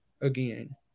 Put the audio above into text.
again